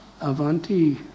Avanti